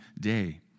day